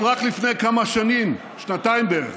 אבל רק לפני כמה שנים, שנתיים בערך,